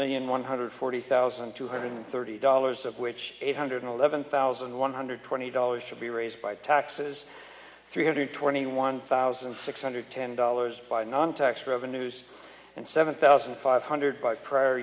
million one hundred forty thousand two hundred thirty dollars of which eight hundred eleven thousand one hundred twenty dollars should be raised by taxes three hundred twenty one thousand six hundred ten dollars by non tax revenues and seven thousand five hundred by prior